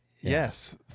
Yes